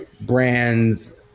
brands